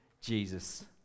Jesus